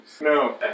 No